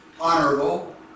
honorable